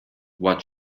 what